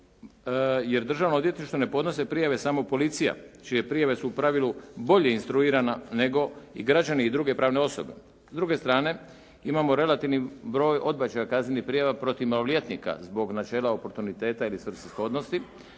jer državnom odvjetništvu ne podnose prijave samo policija, čije prijave su u pravilu bolje instruirana nego i građani i druge pravne osobe. S druge strane imamo relativni broj odbačaja kaznenih prijava protiv maloljetnika zbog načela oportuniteta ili svrsishodnosti,